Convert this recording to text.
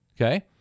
Okay